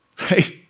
right